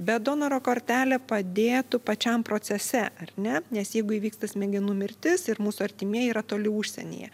bet donoro kortelė padėtų pačiam procese ar ne nes jeigu įvyksta smegenų mirtis ir mūsų artimieji yra toli užsienyje